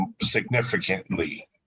significantly